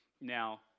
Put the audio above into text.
Now